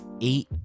eight